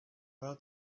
well